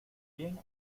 bien